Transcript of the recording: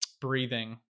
breathing